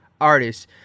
artists